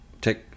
take